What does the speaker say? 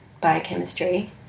biochemistry